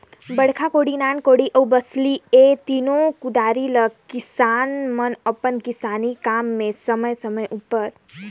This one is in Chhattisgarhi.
बड़खा कोड़ी, नान कोड़ी अउ बउसली ए तीनो कुदारी ले किसान मन अपन किसानी काम मे समे समे उपर